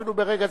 אפילו ברגע זה,